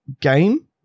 game